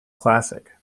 classic